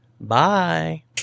Bye